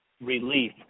relief